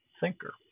thinker